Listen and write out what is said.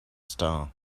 star